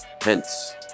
hence